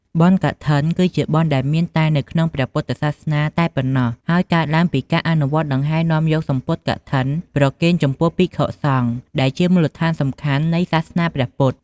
បុណ្យកឋិន គឺជាបុណ្យដែលមានតែនៅក្នុងព្រះពុទ្ធសាសនាតែប៉ុណ្ណោះ ហើយកើតឡើងពីការអនុវត្តដង្ហែរនាំយកសំពត់កឋិនប្រគេនចំពោះភិក្ខុសង្ឃ ដែលជាមូលដ្ឋានសំខាន់នៃសាសនាព្រះពុទ្ធ។